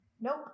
Nope